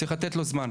צריך לתת לו זמן.